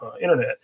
internet